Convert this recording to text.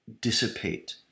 dissipate